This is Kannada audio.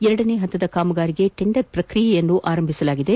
ಎರಡನೇ ಹಂತದ ಕಾಮಗಾರಿಗೆ ಟೆಂಡರ್ ಪ್ರಕ್ರಿಯೆ ಆರಂಭಿಸಲಾಗಿದೆ